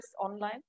online